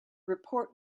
report